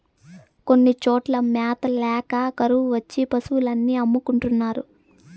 కొన్ని చోట్ల మ్యాత ల్యాక కరువు వచ్చి పశులు అన్ని అమ్ముకుంటున్నారు